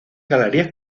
galerías